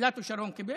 פלאטו שרון קיבל?